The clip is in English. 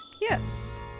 Yes